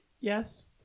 Yes